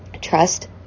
trust